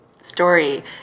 story